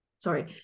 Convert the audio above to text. sorry